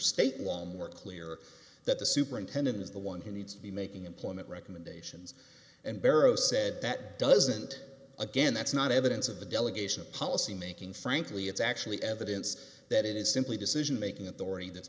state law more clear that the superintendent is the one who needs to be making implement recommendations and barrow said that doesn't again that's not evidence of the delegation policy making frankly it's actually evidence that it is simply decision making authority th